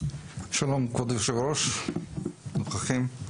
שלום, כבוד היו"ר והנוכחים.